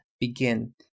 begin